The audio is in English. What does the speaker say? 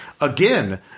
again